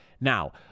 Now